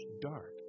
dark